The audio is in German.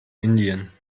indien